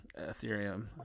Ethereum